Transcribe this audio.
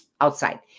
outside